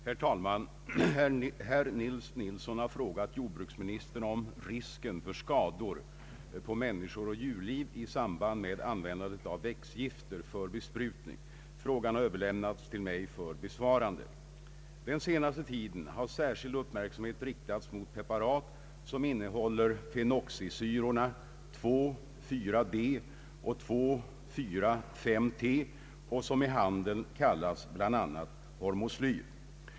Herr talman! Herr Nils Nilsson har frågat jordbruksministern om risken för skador på människor och djurliv i sam band med användandet av växtgifter för besprutning. Frågan har överlämnats till mig för besvarande. Den senaste tiden har särskild uppmärksamhet riktats mot preparat som innehåller fenoxisyrorna 2, 4-D och 2, 4, 3-T och som i handeln kallas bl.a. hormoslyr.